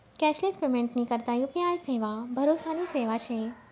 cashless पेमेंटनी करता UPI सेवा भरोसानी सेवा शे